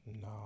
no